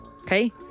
Okay